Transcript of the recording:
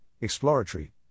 exploratory